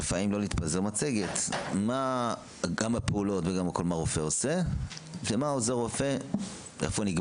על הפעולות שהרופא עושה ואיפה הסמכות של עוזר הרופא נגמרת.